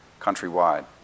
countrywide